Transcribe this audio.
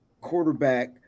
quarterback